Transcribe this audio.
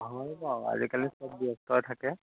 হয় বাৰু আজিকালি চব ব্যস্তই থাকে